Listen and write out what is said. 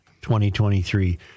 2023